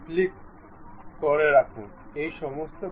রেলট্র্যাকে এই দুটি অ্যালাইন করুন